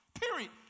period